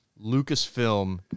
Lucasfilm